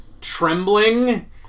trembling